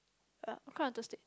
yeah I cried on Thursday